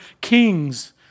kings